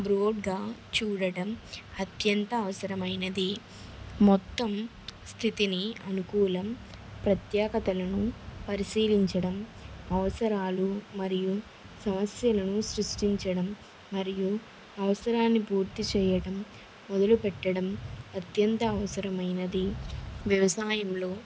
బ్రోడ్గా చూడడం అత్యంత అవసరమైనది మొత్తం స్థితిని అనుకూలం ప్రత్యేకతలను పరిశీలించడం అవసరాలు మరియు సమస్యలను సృష్టించడం మరియు అవసరాన్ని పూర్తి చేయడం మొదలుపెట్టడం అత్యంత అవసరమైనది వ్యవసాయంలో